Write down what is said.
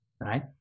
right